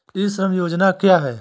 ई श्रम योजना क्या है?